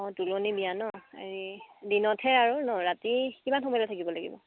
অঁ তুলনি বিয়া ন এই দিনতহে আৰু ন ৰাতি কিমান সময়লৈ থাকিব লাগিব